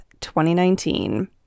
2019